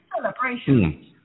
Celebration